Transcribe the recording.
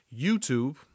YouTube